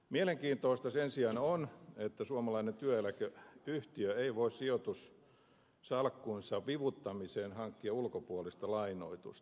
mielenkiintoista sen sijaan on että suomalainen työeläkeyhtiö ei voi sijoitussalkkunsa vivuttamiseen hankkia ulkopuolista lainoitusta